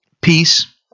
peace